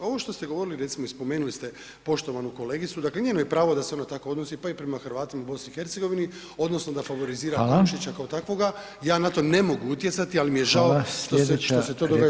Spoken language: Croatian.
Ovo što ste govorili recimo i spomenuli ste poštovanu kolegicu, dakle njeno je pravo da se ona tako odnosi pa i prema Hrvatima u BiH odnosno da favorizira [[Upadica: Hvala.]] Komšića kao takvoga, ja na to ne mogu utjecati ali mi je žao što se to događa